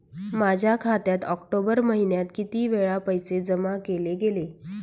माझ्या खात्यात ऑक्टोबर महिन्यात किती वेळा पैसे जमा केले गेले?